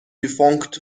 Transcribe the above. defunct